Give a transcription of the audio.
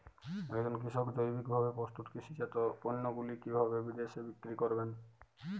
একজন কৃষক জৈবিকভাবে প্রস্তুত কৃষিজাত পণ্যগুলি কিভাবে বিদেশে বিক্রি করবেন?